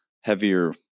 heavier